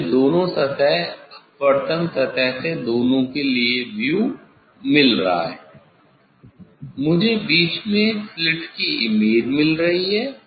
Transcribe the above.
मुझे दोनों सतह अपवर्तन सतह से दोनों के लिए व्यू मिल रहा है मुझे बीच में स्लिट की इमेज मिल रही है